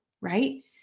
Right